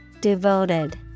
DEVOTED